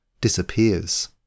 disappears